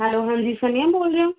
hello ਹਾਂਜੀ ਸਨੀ ਬੋਲ ਰਹੇ ਹੋ